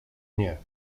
nie